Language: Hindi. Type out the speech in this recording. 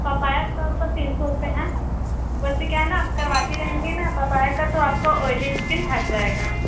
पपाया आपका तीन सौ रूपए है वैसे क्या है ना आप करवाती रहेंगी ना पपाया का तो आपका ऑयली स्किन हट जाएगा